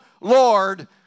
Lord